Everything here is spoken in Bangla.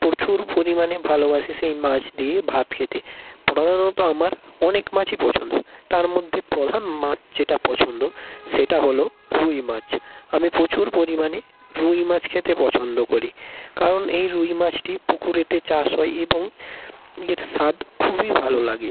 প্রচুর পরিমাণে ভালোবাসি সেই মাছ দিয়ে ভাত খেতে প্রধানত আমার অনেক মাছই পছন্দ তার মধ্যে প্রধান মাছ যেটা পছন্দ সেটা হল রুই মাছ আমি প্রচুর পরিমাণে রুই মাছ খেতে পছন্দ করি কারণ এই রুই মাছটি পুকুরে চাষ হয় এবং এর স্বাদ খুবই ভালো লাগে